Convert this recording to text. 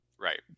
Right